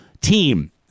team